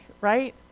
right